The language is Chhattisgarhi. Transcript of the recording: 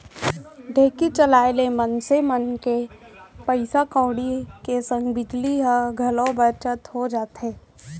ढेंकी चलाए ले मनसे मन के पइसा कउड़ी के संग बिजली के घलौ बचत हो जाथे